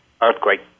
earthquake